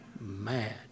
mad